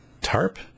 tarp